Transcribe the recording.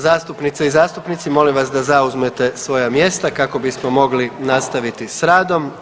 Zastupnice i zastupnici molim vas da zauzmete svoja mjesta kako bismo mogli nastaviti s radom.